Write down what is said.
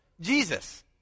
Jesus